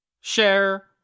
share